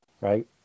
right